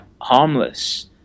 harmless